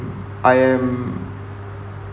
I am